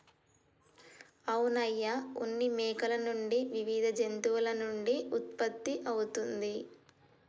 అవును అయ్య ఉన్ని మేకల నుండి వివిధ జంతువుల నుండి ఉత్పత్తి అవుతుంది